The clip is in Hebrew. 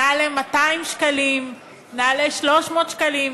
נעלה ב-200 שקלים, נעלה ב-300 שקלים.